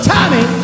Tommy